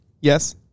Yes